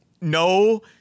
No